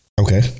Okay